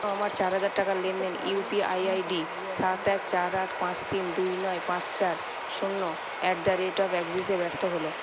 আমার চারহাজার টাকার লেনদেন ইউপিআই আইডি সাত এক চার আট পাঁচ তিন দুই নয় পাঁচ চার শুন্য অ্যাট দা রেট এক্সেসে ব্যর্থ হল